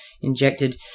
injected